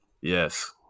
Yes